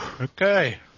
okay